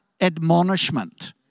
admonishment